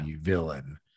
villain